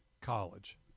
college